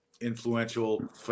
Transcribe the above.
influential